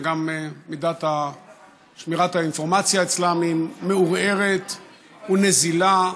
וגם מידת שמירת האינפורמציה אצלם היא מעורערת ונזילה.